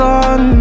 on